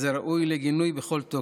זה ראוי לגינוי בכל תוקף.